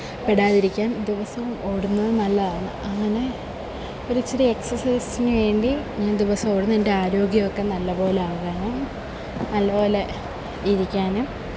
പെടാതിരിക്കാന് ദിവസവും ഓടുന്നത് നല്ലതാണ് അങ്ങനെ ഒരിച്ചിരി എക്സര്സൈസിന് വേണ്ടി ഞാന് ദിവസവും ഓടും എന്റെ ആരോഗ്യം ഒക്കെ നല്ലപോലെയാകാനും നല്ലപോലെ ഇരിക്കാനും